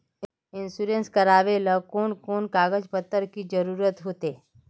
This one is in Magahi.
इंश्योरेंस करावेल कोन कोन कागज पत्र की जरूरत होते?